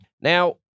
Now